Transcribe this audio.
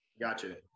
Gotcha